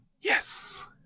Yes